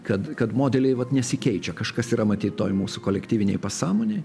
kad kad modeliai vat nesikeičia kažkas yra matyt toj mūsų kolektyvinėj pasąmonėj